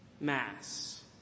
Mass